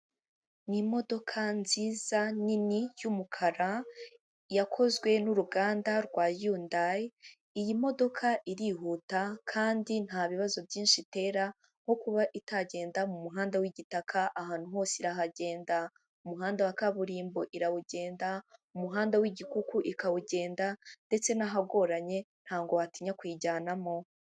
Ni imodoka nziza nini y'umukara yakozwe n'uruganda rwa Yundayi, iyi modoka irihuta kandi nta bibazo byinshi itera nko kuba itagenda mu muhanda w'igitaka ahantu hose irahagenda. Umuhanda wa kaburimbo irawugenda, umuhanda w'igikuku ikawugenda ndetse n'ahagoranye ntabwo watinya kuyijyanamo.